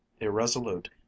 irresolute